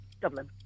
Dublin